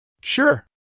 Sure